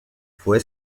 fue